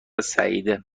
سعیده